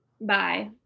Bye